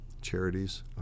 charities